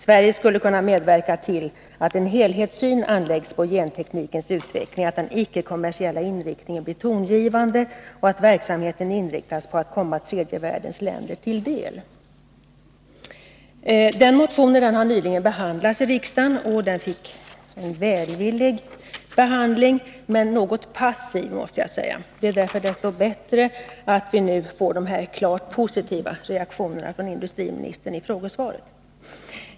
Sverige skulle kunna medverka till att en helhetssyn anläggs på genteknikens utveckling, att den icke-kommersiella inriktningen blir tongivande och att verksamheten inriktas på att komma tredje världens länder till del. Denna motion har nyligen behandlats av riksdagen, och den fick en välvillig men något passiv behandling, måste jag säga. Det är därför desto bättre att vi nu får dessa klart positiva reaktioner från industriministern i frågesvaret.